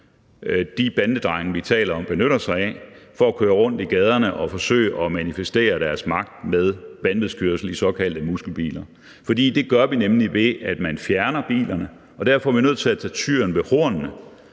her bandedrenge, vi taler om, benytter sig af for at køre rundt i gaderne og forsøge at manifestere deres magt med vanvidskørsel i såkaldte muskelbiler – for det gør vi nemlig, ved at man fjerner bilerne. Derfor er vi nødt til at tage tyren ved hornene